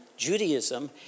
Judaism